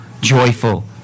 joyful